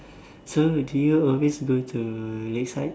so do you always go to Lakeside